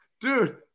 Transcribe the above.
Dude